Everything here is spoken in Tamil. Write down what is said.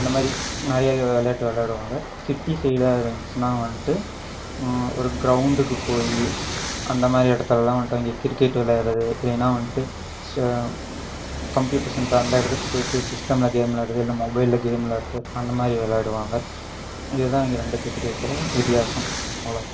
அந்த மாதிரி நிறையா விளையாட்டு விளாடுவாங்க சிட்டி சைடாக இருந்துச்சினால் வந்துட்டு ஒரு கிரவுண்டுக்கு போய் அந்த மாதிரி இடத்துலலாம் வந்துட்டு அங்கே கிரிக்கெட் விளையாடுறது இல்லைனால் வந்துட்டு ச கம்ப்யூட்ரு சென்ட்ரு அந்த இடத்துக்கு போயிட்டு சிஸ்டமில் கேம் விளாடுறது இல்லைனா மொபைலில் கேம் விளாடுறது அந்த மாதிரி விளாடுவாங்க இது தான் எங்கள் ரெண்டு பேத்துக்கும் இருக்கிற வித்தியாசம் அவ்வளோ தான்